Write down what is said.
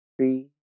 three